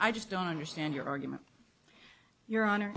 i just don't understand your argument your honor